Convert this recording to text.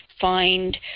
find